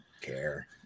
care